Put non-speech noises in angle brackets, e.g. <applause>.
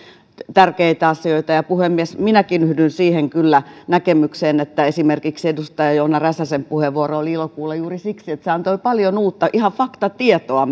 tärkeitä asioita ja minäkin yhdyn siihen näkemykseen kyllä että esimerkiksi edustaja joona räsäsen puheenvuoroa oli ilo kuulla juuri siksi että se antoi paljon uutta ihan faktatietoa <unintelligible>